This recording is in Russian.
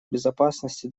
безопасности